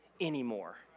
anymore